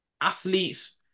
Athletes